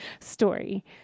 story